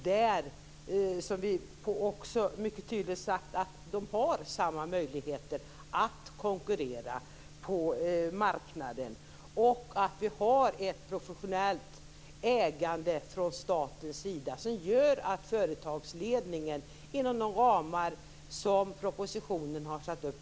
Där sägs det mycket tydligt att de har samma möjligheter att konkurrera på marknaden som andra och att vi har ett professionellt ägande från statens sida. Företagsledningen verkar och arbetar inom de ramar som propositionen har satt upp.